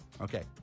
Okay